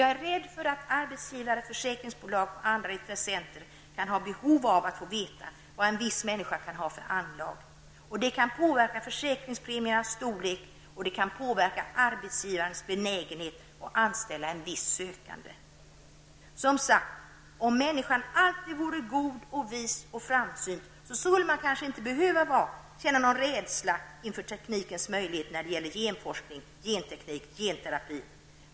Jag är rädd för att arbetsgivare, försäkringsbolag och andra intressenter kan ha behov av att få veta vad en viss människa har för anlag. Detta kan påverka försäkringspremiernas storlek, och det kan påverka arbetsgivarens benägenhet att anställa en viss sökande. Om människan alltid vore god, vis och framsynt skulle man kanske inte behöva känna någon rädsla inför teknikens möjligheter när det gäller genforskning, genteknik och genterapi.